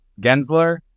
gensler